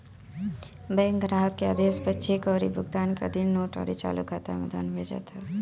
bank ग्राहक के आदेश पअ चेक अउरी भुगतान के अधीन नोट अउरी चालू खाता में धन भेजत हवे